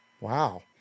Wow